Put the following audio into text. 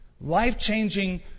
life-changing